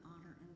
honor